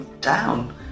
down